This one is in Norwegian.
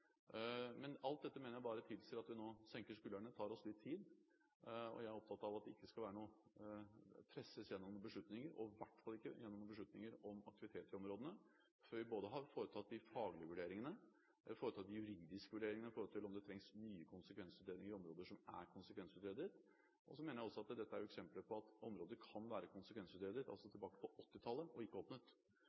Alt dette mener jeg tilsier at vi nå senker skuldrene og tar oss litt tid. Jeg er opptatt av at det ikke skal presses gjennom noen beslutninger, og i hvert fall ikke beslutninger om aktivitet i områdene, før vi har foretatt både de faglige og de juridiske vurderingene av om det trengs nye konsekvensutredninger i områder som er konsekvensutredet. Jeg mener også at dette er eksempler på at områder kan være konsekvensutredet, tilbake på 1980-tallet, og ikke åpnet